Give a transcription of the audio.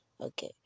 Okay